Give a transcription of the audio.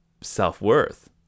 self-worth